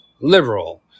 liberal